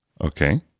Okay